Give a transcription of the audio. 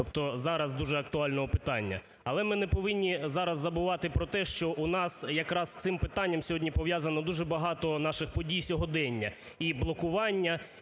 тобто зараз дуже актуального питання. Але ми не повинні зараз забувати про те, що у нас якраз з цим питанням сьогодні пов'язано дуже багато наших подій сьогодення: і блокування,